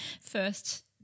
first